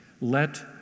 let